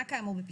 ח'